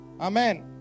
Amen